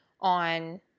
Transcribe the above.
on